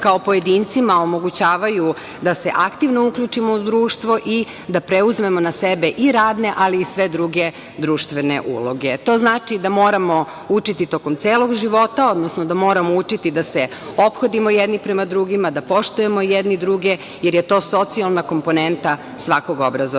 kao pojedincima omogućavaju da se aktivno uključimo u društvo i da preuzmemo na sebe i radne ali i sve druge društvene uloge. To znači da moramo učiti tokom celog života, odnosno da moramo učiti da se ophodimo jedni prema drugima, da poštujemo jedni druge, jer je to socijalna komponenta svakog obrazovanog